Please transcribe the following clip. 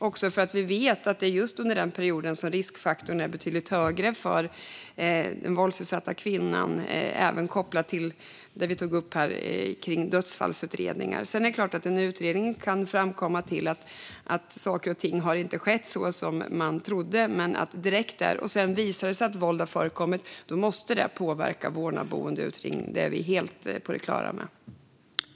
Vi vet ju att under just den perioden är riskfaktorn betydligt högre för den våldsutsatta kvinnan och vid också sådant som är kopplat till dödsfallsutredningar. En utredning kan självfallet komma fram till att saker och ting inte har skett som man först trodde. Men om det visar sig att det har förekommit våld måste det påverka vårdnad, boende och umgänge. Det håller vi helt med om.